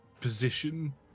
position